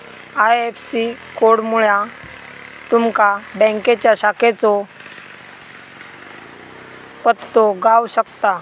IFSC कोडमुळा तुमका बँकेच्या शाखेचो पत्तो गाव शकता